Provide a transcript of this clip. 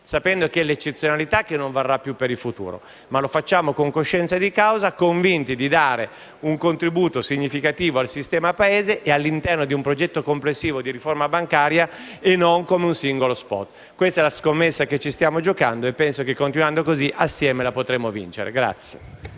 sapendo che l'eccezionalità non varrà più per il futuro, ma lo facciamo con coscienza di causa, convinti di dare un contributo significativo al sistema Paese, all'interno di un progetto complessivo di riforma bancaria e non come un singolo *spot*. Questa è la scommessa che ci stiamo giocando e penso che, continuando così, insieme la potremo vincere.